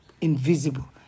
invisible